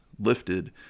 lifted